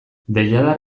deiadar